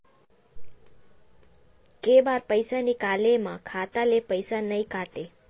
के बार पईसा निकले मा खाता ले पईसा नई काटे?